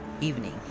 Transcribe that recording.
evening